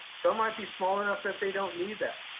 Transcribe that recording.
so might be small enough that they don't need that.